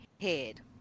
head